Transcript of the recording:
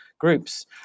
groups